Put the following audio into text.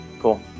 Cool